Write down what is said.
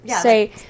Say